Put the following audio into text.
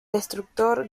destructor